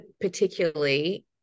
particularly